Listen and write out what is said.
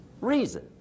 Reason